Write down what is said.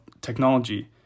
technology